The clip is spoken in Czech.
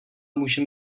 může